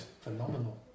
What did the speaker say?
Phenomenal